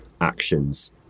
actions